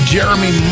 Jeremy